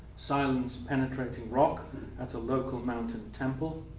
silence penetrating rock at a local mountain temple?